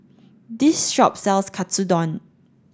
this shop sells Katsudon